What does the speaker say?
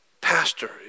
pastor